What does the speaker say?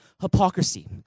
hypocrisy